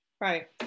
right